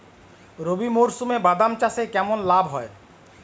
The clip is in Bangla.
রবি মরশুমে বাদাম চাষে কেমন লাভ হয়?